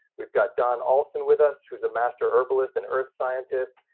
we've got don ollsin with us, who's a master herbalist and earth scientist.